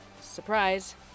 Surprise